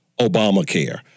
Obamacare